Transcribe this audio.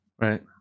right